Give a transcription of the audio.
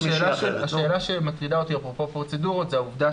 השאלה שמטרידה אותי אפרופו פרוצדורות זה העובדה